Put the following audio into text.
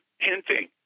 hinting